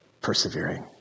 persevering